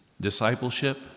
discipleship